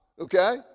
okay